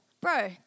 Bro